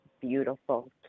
beautiful